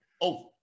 Over